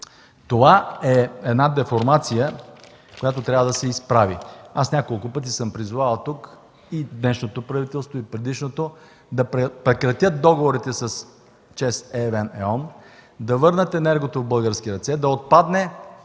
Това е деформация, която трябва да се изправи. Няколко пъти съм призовавал тук – и днешното правителство, и предишното, да прекратят договорите с ЧЕЗ, EVN, Е.ОН, да върнат енергото в български ръце, да отпадне